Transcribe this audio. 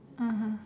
(uh huh)